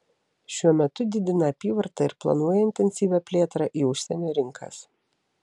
šiuo metu didina apyvartą ir planuoja intensyvią plėtrą į užsienio rinkas